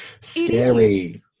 Scary